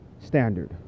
standard